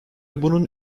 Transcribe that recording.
bunun